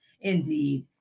indeed